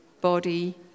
body